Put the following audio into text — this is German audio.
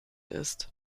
ist